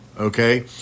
Okay